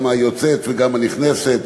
גם היוצאת וגם הנכנסת,